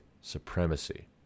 supremacy